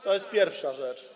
To jest pierwsza rzecz.